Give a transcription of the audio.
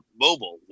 mobile